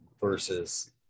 versus